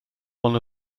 one